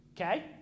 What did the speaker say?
okay